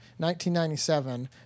1997